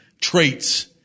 traits